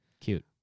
Cute